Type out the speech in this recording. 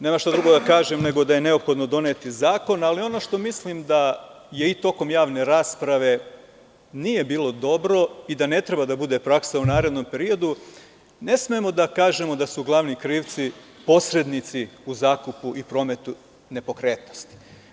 Nemam šta drugo da kažem nego da je neophodno doneti zakon, ali ono što mislim da je tokom javne rasprave, da nije bilo dobro i da ne treba da bude praksa u narednom periodu, ne smemo da kažemo da su glavni krivci posrednici u zakupu i prometu nepokretnosti.